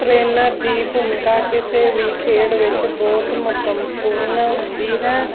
trainer ਦੀ ਭੂਮਿਕਾ ਕਿਸੇ ਵੀ ਖੇਡ ਵਿੱਚ ਬਹੁਤ ਮਹੱਤਵਪੂਰਨ ਹੁੰਦੀ ਹੈ